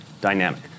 dynamic